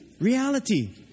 reality